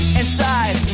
inside